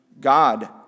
God